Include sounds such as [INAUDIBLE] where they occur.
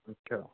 [UNINTELLIGIBLE]